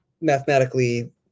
mathematically